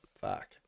fuck